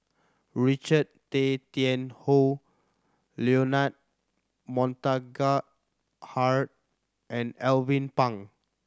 Richard Tay Tian Hoe Leonard Montague Harrod and Alvin Pang